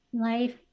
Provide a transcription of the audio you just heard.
life